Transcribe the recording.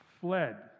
fled